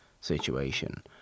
situation